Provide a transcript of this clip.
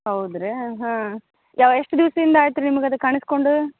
ಹೌದಾ ರೀ ಹಾಂ ಯಾವ ಎಷ್ಟು ದಿವಸದಿಂದ ಆಯ್ತು ರೀ ನಿಮ್ಗೆ ಅದು ಕಾಣಿಸ್ಕೊಂಡು